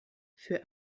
für